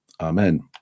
Amen